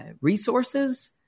resources